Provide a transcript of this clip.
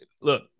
look